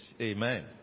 Amen